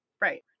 Right